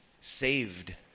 saved